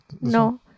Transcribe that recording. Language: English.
No